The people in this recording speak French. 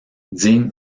digne